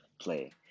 play